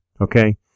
Okay